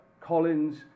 Collins